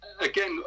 again